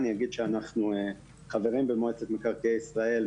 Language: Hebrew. אני אגיד שאנחנו חברים במועצת מקרקעי ישראל,